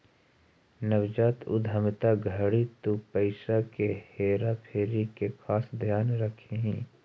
नवजात उद्यमिता घड़ी तु पईसा के हेरा फेरी के खास ध्यान रखीह